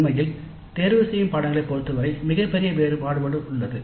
உண்மையில் தேர்ந்தெடுக்கப்பட்ட பாடநெறிகளைப் பொறுத்தவரை மிகப்பெரிய மாறுபாடு உள்ளது